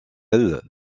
elle